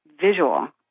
visual